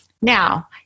Now